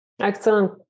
Excellent